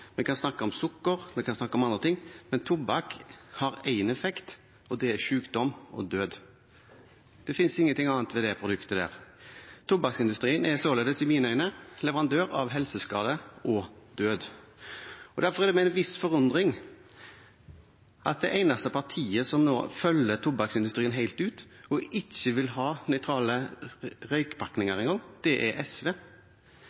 kan snakke om sukker, en kan snakke om andre ting, men tobakk har én effekt, og det er sykdom og død. Det fins ingenting annet ved det produktet. Tobakksindustrien er således i mine øyne leverandør av helseskade og død. Derfor er det forunderlig at det eneste partiet som nå følger tobakksindustrien helt ut og ikke vil ha nøytrale